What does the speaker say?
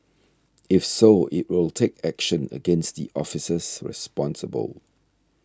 if so it will take action against the officers responsible